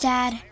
Dad